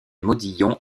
modillons